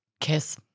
kiss